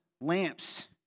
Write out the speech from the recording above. lamps